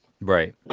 Right